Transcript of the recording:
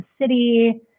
city